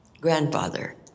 grandfather